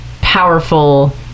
powerful